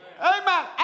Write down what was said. Amen